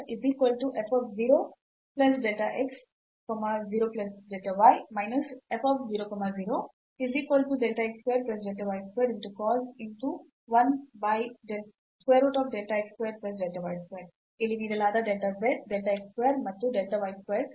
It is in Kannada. ಇಲ್ಲಿ ನೀಡಲಾದ delta z delta x square ಮತ್ತು delta y square cos ಪದ ಮತ್ತು ಮೈನಸ್ ಈ 0